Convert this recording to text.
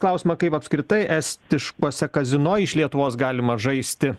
klausimą kaip apskritai estiškuose kazino iš lietuvos galima žaisti